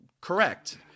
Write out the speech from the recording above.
Correct